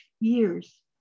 years